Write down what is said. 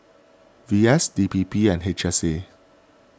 V S D P P and H S A